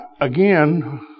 again